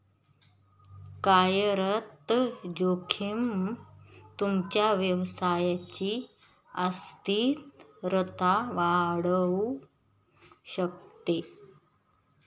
कार्यरत जोखीम तुमच्या व्यवसायची अस्थिरता वाढवू शकते